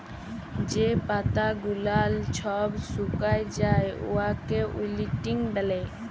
যে পাতা গুলাল ছব ছুকাঁয় যায় উয়াকে উইল্টিং ব্যলে